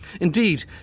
Indeed